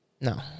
No